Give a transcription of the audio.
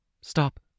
Stop